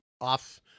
off